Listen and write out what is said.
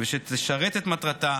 שתשרת את מטרתה,